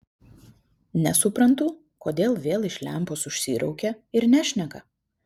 nesuprantu kodėl vėl iš lempos užsiraukė ir nešneka